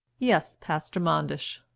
yes, pastor manders,